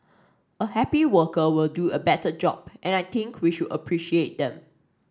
a happy worker will do a better job and I think we should appreciate them